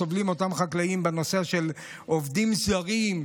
וסובלים אותם חקלאים בנושא של עובדים זרים,